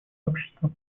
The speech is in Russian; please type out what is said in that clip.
общества